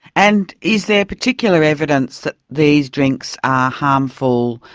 and is there particular evidence that these drinks are harmful,